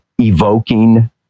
evoking